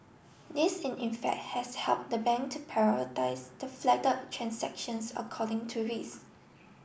this in effect has helped the bank to prioritise the transactions according to risk